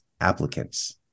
applicants